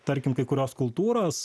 tarkim kai kurios kultūros